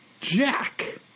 Jack